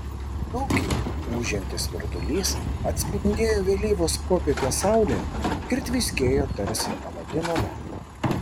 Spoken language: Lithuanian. jaukiai ūžiantis virdulys atspindėjo vėlyvos popietės saulę ir tviskėjo tarsi aladino lempa